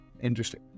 interesting